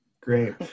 Great